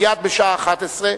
מייד בשעה 11:00,